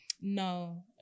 no